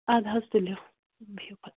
اَدٕ حظ تُلِو بِہِو خدایس